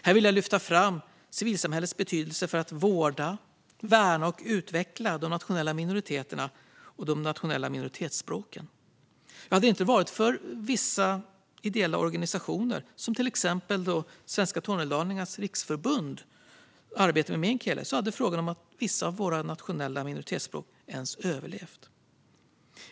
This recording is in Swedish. Här vill jag lyfta fram civilsamhällets betydelse för att vårda, värna och utveckla de nationella minoriteterna och de nationella minoritetsspråken. Hade det inte varit för vissa ideella organisationers insatser, till exempel Svenska Tornedalingars Riksförbunds arbete med meänkieli, är det frågan om vissa av de nationella minoritetsspråken ens skulle ha överlevt.